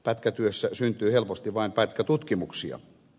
pätkätyössä syntyy helposti vain pätkätutkimuksia